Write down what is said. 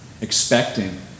expecting